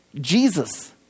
Jesus